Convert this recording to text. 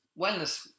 Wellness